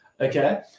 Okay